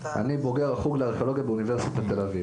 אני בוגר החוג לארכיאולוגיה באוניברסיטת תל אביב.